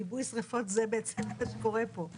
כיבוי שריפות זה מה שקורה פה,